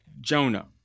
Jonah